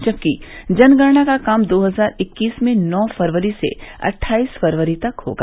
जबकि जनगणना का काम दो हजार इक्कीस में नौ फरवरी से अट्ठाईस फरवरी तक होगा